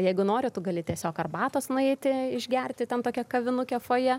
jeigu nori tu gali tiesiog arbatos nueiti išgerti ten tokia kavinukė fojė